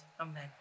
Amen